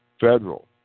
federal